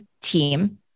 team